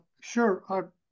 sure